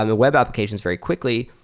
um web applications very quickly,